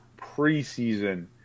preseason